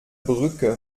brücke